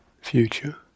Future